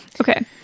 Okay